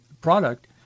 product